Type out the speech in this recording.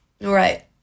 Right